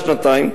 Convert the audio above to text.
שנתיים,